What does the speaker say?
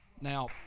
Now